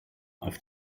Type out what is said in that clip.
auf